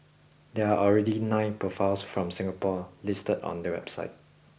there are already nine profiles from Singapore listed on that website